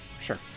Sure